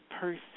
person